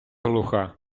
глуха